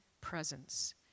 presence